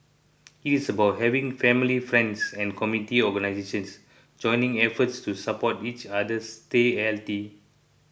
it is about having family friends and community organisations joining efforts to support each other stay healthy